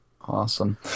Awesome